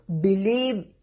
believe